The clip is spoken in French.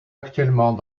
actuellement